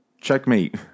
Checkmate